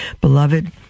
Beloved